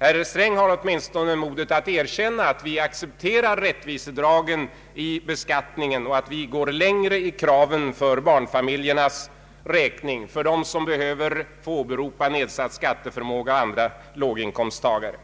Herr Sträng har åtminstone modet att erkänna att vi accepterar rättvisedragen i skatteförslaget och att vi går längre än förslaget i kraven för barnfamiljernas räkning, för dem som behöver åberopa nedsatt skatteförmåga och för andra låginkomsttagare.